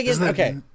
okay